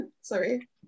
Sorry